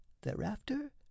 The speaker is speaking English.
Thereafter